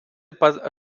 pas